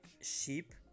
sheep